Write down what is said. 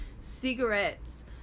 cigarettes